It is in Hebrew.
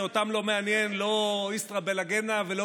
כי אותם לא מעניין לא "איסתרא בלגינא" ולא